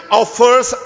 offers